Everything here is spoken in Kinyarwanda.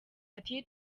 ati